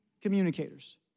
communicators